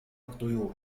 الطيور